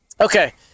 Okay